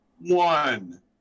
One